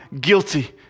guilty